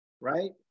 Right